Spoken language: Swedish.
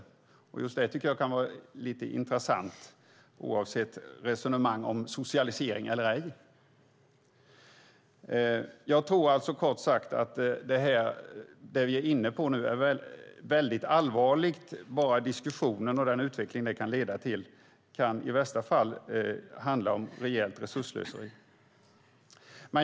Just det tycker jag kan vara intressant, oavsett resonemang om socialisering eller ej. Jag tror kort sagt att vi nu är inne på är mycket allvarligt. Bara diskussionen och den utveckling som den kan leda till kan i värsta fall innebära rejält resursslöseri.